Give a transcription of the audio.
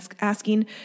asking